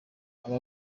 aba